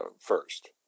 first